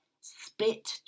Spit